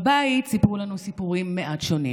בבית סיפרו לנו סיפורים מעט שונים,